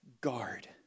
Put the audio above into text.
guard